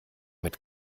mit